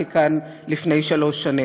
שנאמתי כאן לפני שלוש שנים: